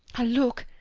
a look,